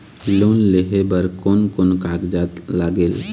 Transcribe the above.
Loan लेहे बर कोन कोन कागजात लागेल?